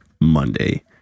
Monday